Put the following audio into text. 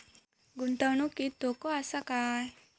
गुंतवणुकीत धोको आसा काय?